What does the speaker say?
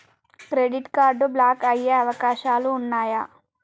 Credit card block అయ్యే అవకాశాలు ఉన్నయా?